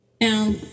Now